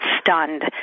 stunned